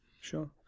sure